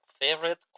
favorite